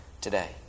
today